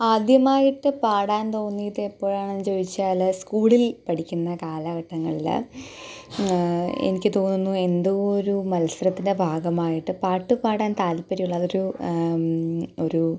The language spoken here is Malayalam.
ആദ്യമായിട്ട് പാടാൻ തോന്നിയതെപ്പോഴാണെന്ന് ചോദിച്ചാൽ സ്കൂളിൽ പഠിക്കുന്ന കാലഘട്ടങ്ങളിൽ എനിക്ക് തോന്നുന്നു എന്തോ ഒരു മത്സരത്തിൻ്റെ ഭാഗമായിട്ട് പാട്ട് പാടാൻ താൽപ്പര്യമുള്ള അതൊരു ഒരു